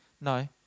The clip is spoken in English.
No